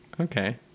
Okay